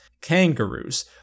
kangaroos